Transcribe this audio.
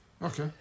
Okay